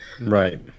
Right